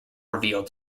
revealed